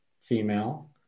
female